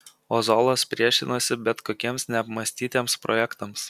ozolas priešinosi bet kokiems neapmąstytiems projektams